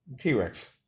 T-Rex